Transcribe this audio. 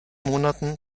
monaten